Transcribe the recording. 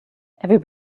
every